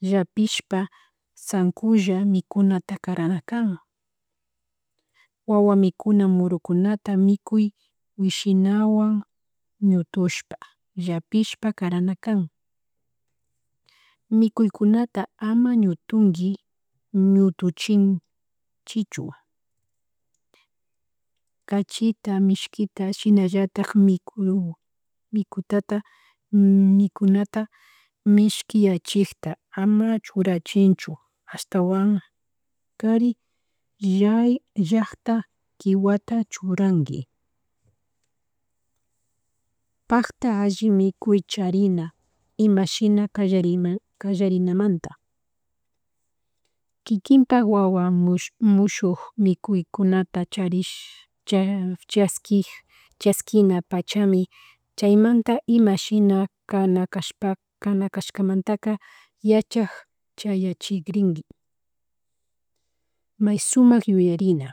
Llapishpa sankunlla mikunata karana kan, wawa mikuna murukunta mikuy wishinawan ñutushpa, llapishpa karanakan, mikuykunta ama ñutunkin ñutuchin chichu, cachita, mishkita shinallatik mikutata mikunata mishkiyachikta ama churachinichun ashtawan kari illay llakta kiwata churnakin, pakta alli mikuy charina ima shina kallariman kallarinamanta kikinta wawa mush mushuk mikuykuta charish chashkik chaskina pachami chaymanta ima shuina kanakashpa kanakashkamantaka yachak chayachinkrinki, may sumak yuyarina,